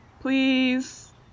Please